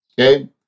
Okay